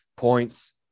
points